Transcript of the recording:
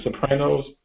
Sopranos